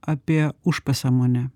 apie užpasąmonę